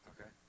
Okay